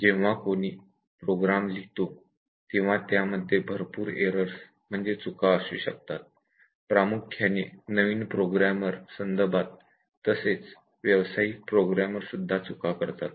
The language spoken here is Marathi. जेव्हा कोणी प्रोग्राम लिहितो तेव्हा त्यामध्ये भरपूर एररस असू शकतात प्रामुख्याने नवीन प्रोग्रामर संदर्भात तसेच व्यावसायिक प्रोग्रामर सुद्धा चुका करतात